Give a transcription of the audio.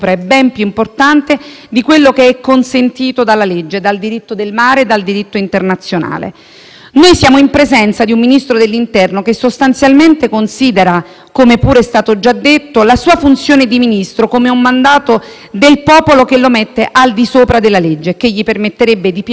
Noi siamo in presenza di un Ministro dell'interno che sostanzialmente considera - come pure è stato già detto - la sua funzione di Ministro come un mandato del popolo, che lo pone al di sopra della legge e gli permetterebbe di piegare a proprio esclusivo piacimento interessi che hanno di per sé un valore superiore - quelli sì